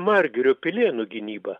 margirio pilėnų gynyba